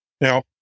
Now